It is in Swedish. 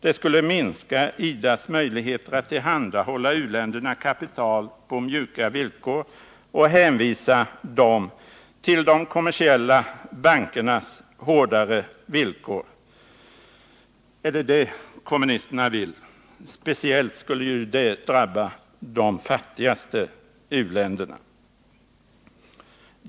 Det skulle minska IDA:s möjligheter att tillhandahålla u-länderna kapital på mjuka villkor och hänvisa dem till de kommersiella bankernas hårdare villkor. Är det det kommunisterna vill? Speciellt skulle ju det drabba de fattigaste u-länderna.